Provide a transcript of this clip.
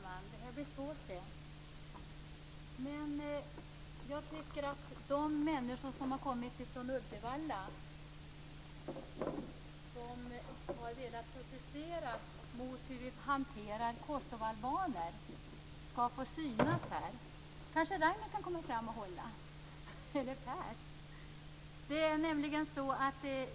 Herr talman! Det blir svårt att balansera de här två stora plakaten med namnteckningar i talarstolen. Men jag tycker att de människor som har kommit från Uddevalla och som har velat protestera mot hur vi hanterar kosovaalbaner skall få synas här.